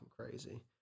crazy